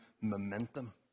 momentum